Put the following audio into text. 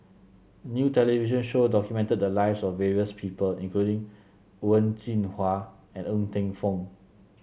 a new television show documented the lives of various people including Wen Jinhua and Ng Teng Fong